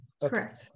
Correct